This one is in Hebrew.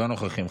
לא נוכחים,